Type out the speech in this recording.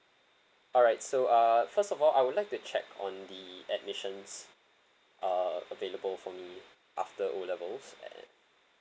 alright so uh first of all I would like to check on the admissions uh available for me after o levels and